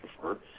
prefer